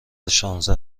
شانزده